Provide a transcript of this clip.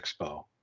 Expo